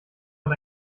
und